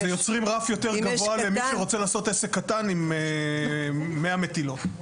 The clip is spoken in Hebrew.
יוצרים רף יותר גבוה למי שרוצה לעשות עסק יותר קטן עם 100 מטילות.